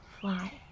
fly